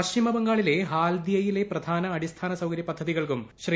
പശ്ചിമ ബംഗാളിലെ ഹാൽദിയയിലെ പ്രധാന അടിസ്ഥാന സൌകര്യ പദ്ധതികൾക്കും ശ്രീ